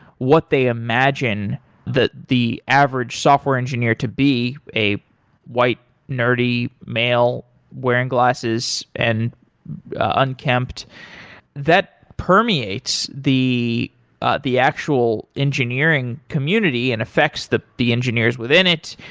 what they imagine that the average software engineer to be a white nerdy male wearing glasses and unkempt that permeates the ah the actual engineering community and affects the the engineers within it.